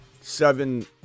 seven